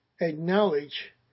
acknowledge